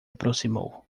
aproximou